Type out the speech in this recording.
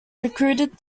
recruited